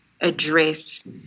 address